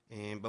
וכדומה.